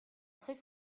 très